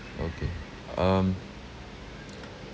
okay um